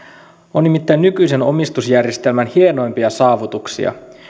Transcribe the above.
on nimittäin nykyisen omistusjärjestelmän hienoimpia saavutuksia